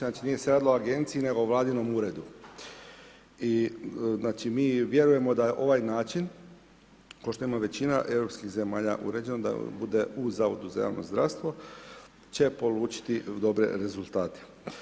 Znači, nije se radilo o agenciji, nego o vladinom uredu i znači, mi vjerujemo da je ovaj način, košto ima većina europskih zemalja uređeno da bude u Zavodu za javno zdravstvo će polučiti dobre rezultate.